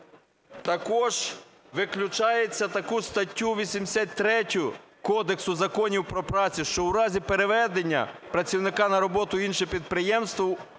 Також виключається таку статтю, 83-ю, Кодексу законів про працю, що у разі переведення працівника на роботу в інше підприємство,